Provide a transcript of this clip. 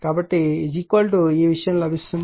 కాబట్టి ఈ విషయం లభిస్తుంది